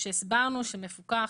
כשהסברנו שמפוקח,